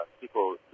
people